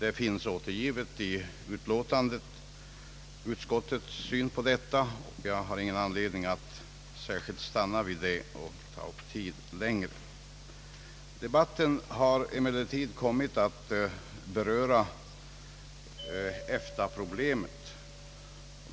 Utskottets syn härpå är angiven i utlåtandet. Jag har ingen anledning ta upp tiden med att särskilt stanna vid detta. Debatten har emellertid kommit att beröra EFTA-problemet.